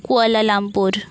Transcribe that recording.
Kuala Lumpur